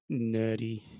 nerdy